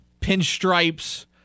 pinstripes